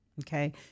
Okay